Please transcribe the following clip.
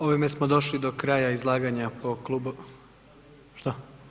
Ovime smo došli do kraja izlaganja po klubovima, šta?